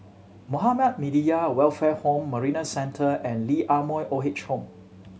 Muhammadiyah Welfare Home Marina Centre and Lee Ah Mooi Old Age Home